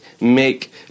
make